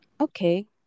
Okay